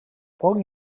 poc